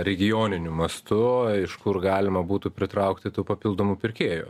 regioniniu mastu iš kur galima būtų pritraukti tų papildomų pirkėjų